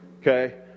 Okay